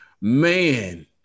man